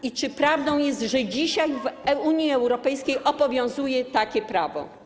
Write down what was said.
I czy prawdą jest, że dzisiaj w Unii Europejskiej obowiązuje takie prawo?